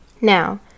Now